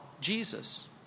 Jesus